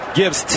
gives